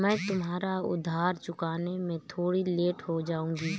मैं तुम्हारा उधार चुकाने में थोड़ी लेट हो जाऊँगी